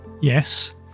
Yes